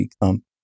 become